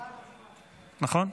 קטי,